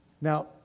Now